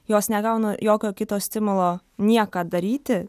jos negauna jokio kito stimulo nieką daryti